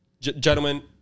Gentlemen